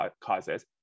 causes